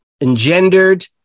engendered